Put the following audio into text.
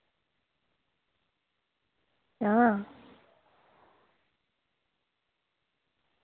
हां